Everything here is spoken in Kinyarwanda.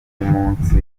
nk’umunsi